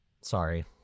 sorry